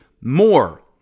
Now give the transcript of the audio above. more